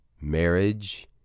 Marriage